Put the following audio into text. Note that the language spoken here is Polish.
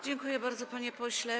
Dziękuję bardzo, panie pośle.